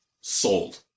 Sold